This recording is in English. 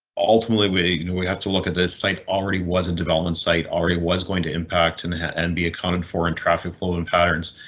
ultimately, we you know we have to look at this site already. wasn't development site already was going to impact and and be accounted for in traffic, flowing patterns,